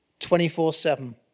24-7